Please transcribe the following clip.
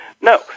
No